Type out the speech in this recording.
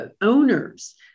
owners